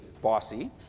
bossy